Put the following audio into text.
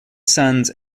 sons